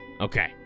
Okay